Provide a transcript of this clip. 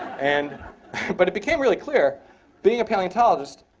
and but it became really clear being a paleontologist,